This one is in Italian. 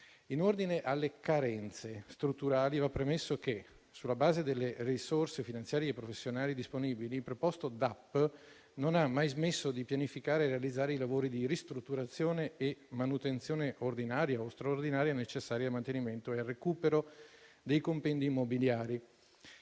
In ordine alle carenze strutturali va premesso che, sulla base delle risorse finanziarie e professionali disponibili, il DAP non ha mai smesso di pianificare e realizzare i lavori di ristrutturazione e manutenzione ordinaria o straordinaria necessari al mantenimento e al recupero dei compendi immobiliari.